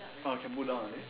oh can put down already